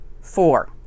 Four